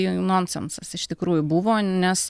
jau nonsensas iš tikrųjų buvo nes